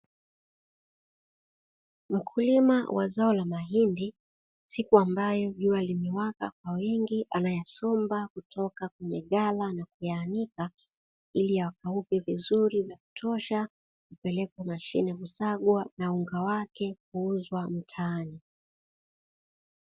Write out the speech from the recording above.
Mkulima wa zao la mahindi, siku ambayo jua limewaka kwa wingi, anayasomba kutoka kwenye ghala na kuyaanika ili yakauke vizuri vya kutoka kupelekwa mashine kusagwa na unga wake kuuzwa mtaani.